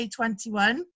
a21